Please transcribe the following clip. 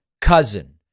cousin